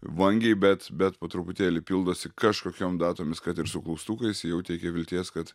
vangiai bet bet po truputėlį pildosi kažkokiom datomis kad ir su klaustukais jau teikia vilties kad